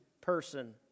person